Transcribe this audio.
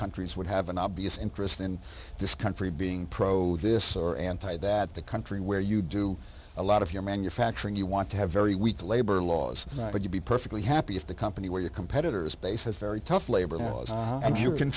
countries would have an obvious interest in this country being pro this or anti that the country where you do a lot of your manufacturing you want to have very weak labor laws but you'd be perfectly happy if the company where your competitors base has very tough labor laws and you can